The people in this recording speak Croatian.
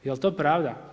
Jel' to pravda?